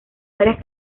varias